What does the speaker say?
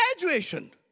graduation